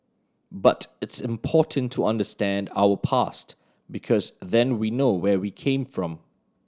but it's important to understand our past because then we know where we came from